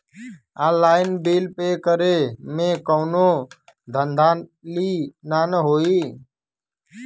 Online bill pay करे में कौनो धांधली ना होई ना?